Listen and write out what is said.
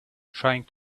trying